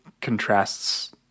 contrasts